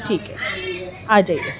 ٹھیک ہے آ جائیے